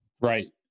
Right